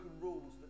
rules